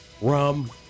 Rum